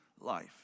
life